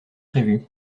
prévu